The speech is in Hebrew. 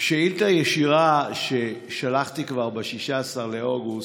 על שאילתה ישירה ששלחתי כבר ב-16 באוגוסט.